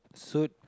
suit